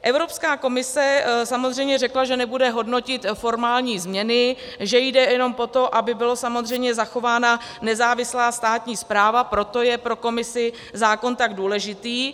Evropská komise samozřejmě řekla, že nebude hodnotit formální změny, že jde jenom o to, aby byla samozřejmě zachována nezávislá státní správa, proto je pro Komisi zákon tak důležitý.